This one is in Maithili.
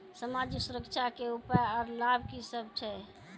समाजिक सुरक्षा के उपाय आर लाभ की सभ छै?